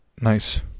Nice